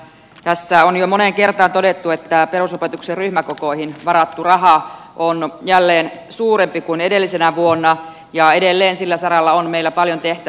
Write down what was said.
tässä on jo moneen kertaan todettu että perusopetuksen ryhmäkokoihin varattu raha on jälleen suurempi kuin edellisenä vuonna ja edelleen sillä saralla on meillä paljon tehtävää